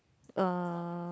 uh